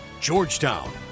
Georgetown